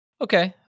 Okay